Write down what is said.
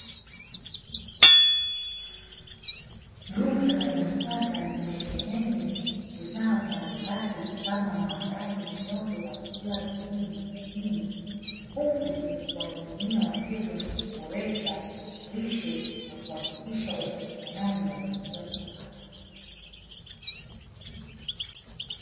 Duka la nafaka limesheheni bidhaa mbalimbali kama maharage, mihogo na vyakula vingine muhimu. Huku likiwahudumia wateja kwa kuboresha lishe na kuhakikisha upatikanaji wa chakula cha afya.